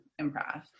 improv